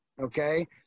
okay